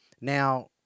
Now